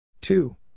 two